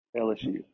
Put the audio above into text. LSU